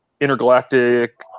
intergalactic